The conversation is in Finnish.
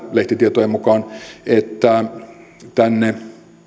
lehtitietojen mukaan keskusteltu siitä että